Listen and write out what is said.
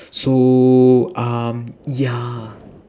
so um ya